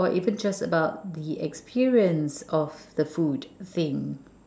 or even just about the experience of the food same